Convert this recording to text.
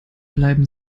bleiben